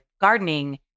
gardening